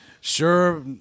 sure